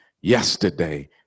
yesterday